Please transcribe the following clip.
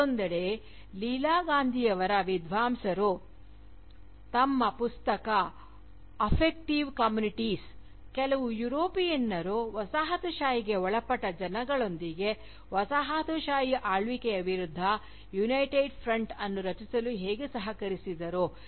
ಮತ್ತೊಂದೆಡೆ ಲೀಲಾ ಗಾಂಧಿಯಂತಹ ವಿದ್ವಾಂಸರು ತಮ್ಮ ಪುಸ್ತಕ ಅಫೆಕ್ಟಿವ್ ಕಮ್ಯುನಿಟೀಸ್ನಲ್ಲಿ"Affective Communities" ಕೆಲವು ಯುರೋಪಿಯನ್ನರು ವಸಾಹತುಶಾಹಿಗೆ ಒಳಪಟ್ಟ ಜನಗಳೊಂದಿಗೆ ವಸಾಹತುಶಾಹಿ ಆಳ್ವಿಕೆಯ ವಿರುದ್ಧ ಯುನೈಟೆಡ್ ಫ್ರಂಟ್ ಅನ್ನು ರಚಿಸಲು ಹೇಗೆ ಸಹಕರಿಸಿದರು